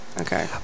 Okay